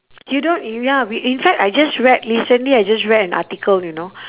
you don't you ya we in fact I just read recently I just read an article you know